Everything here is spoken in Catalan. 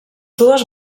dues